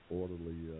orderly